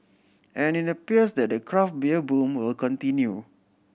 and it appears that the craft beer boom will continue